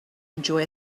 enjoy